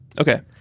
Okay